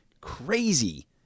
crazy